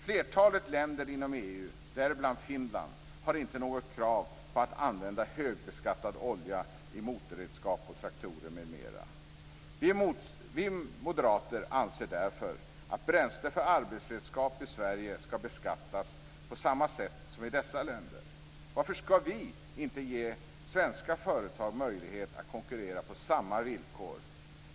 Flertalet länder inom EU, däribland Finland, har inte något krav på att man använder högbeskattad olja i motorredskap, traktorer, m.m. Vi moderater anser därför att bränsle för arbetsredskap i Sverige skall beskattas på samma sätt som i dessa länder. Varför skall vi inte ge svenska företag möjlighet att konkurrera på samma villkor?